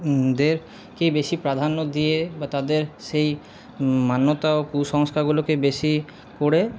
দেরকে বেশি প্রাধান্য দিয়ে বা তাদের সেই মান্যতা ও কুসংস্কারগুলোকে বেশি করে